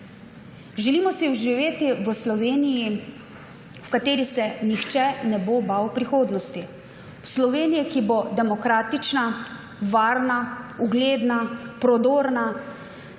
Želimo si živeti v Sloveniji, v kateri se nihče ne bo bal prihodnosti, v Sloveniji, ki bo demokratična, varna, ugledna, prodorna,